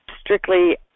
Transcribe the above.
strictly